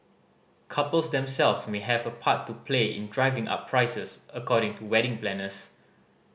couples themselves may have a part to play in driving up prices according to wedding planners